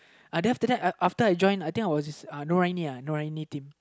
uh then after that uh after I join I think I wasuhNorainia Noraini team